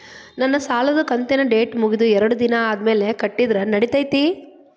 ನನ್ನ ಸಾಲದು ಕಂತಿನ ಡೇಟ್ ಮುಗಿದ ಎರಡು ದಿನ ಆದ್ಮೇಲೆ ಕಟ್ಟಿದರ ನಡಿತೈತಿ?